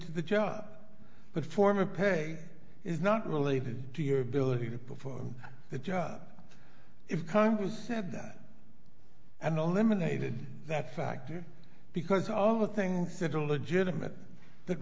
to the job but former pay is not related to your ability to perform the job if congress said that and the limited that factor because all the things that are legitimate th